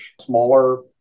smaller